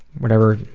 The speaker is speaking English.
whatever